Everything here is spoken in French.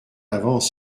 avance